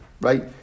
right